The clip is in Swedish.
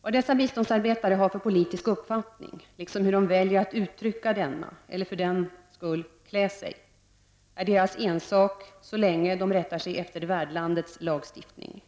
Vad dessa biståndsarbetare har för politisk uppfattning liksom hur de väljer att uttrycka denna — eller för den skull klä sig — är deras ensak så länge de rättar sig efter världlandets lagstiftning.